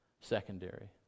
secondary